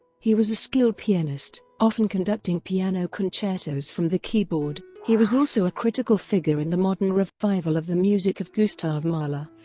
he was a skilled pianist, often conducting piano concertos from the keyboard. he was also a critical figure in the modern revival of the music of gustav mahler,